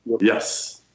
Yes